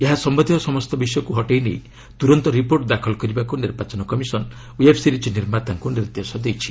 ଏହା ସମ୍ବନ୍ଧୀୟ ସମସ୍ତ ବିଷୟକୁ ହଟେଇ ନେଇ ତୁରନ୍ତ ରିପୋର୍ଟ ଦାଖଲ କରିବାକୁ ନିର୍ବାଚନ କମିଶନ୍ ୱେବ୍ ସିରିଜ୍ ନିର୍ମାତାଙ୍କୁ ନିର୍ଦ୍ଦେଶ ଦେଇଛି